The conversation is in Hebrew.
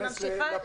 חברים, אני ממשיכה.